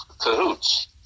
cahoots